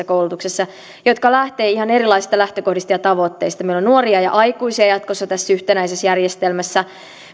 koulutuksessa jotka lähtevät ihan erilaisista lähtökohdista ja tavoitteista meillä on nuoria ja aikuisia jatkossa tässä yhtenäisessä järjestelmässä